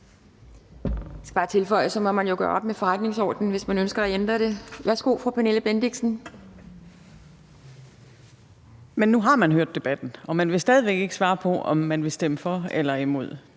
nu har man hørt debatten, og man vil stadig væk ikke svare på, om man vil stemme for eller imod.